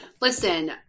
Listen